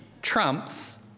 trumps